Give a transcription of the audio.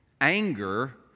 Anger